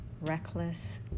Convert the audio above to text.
Reckless